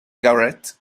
garrett